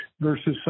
versus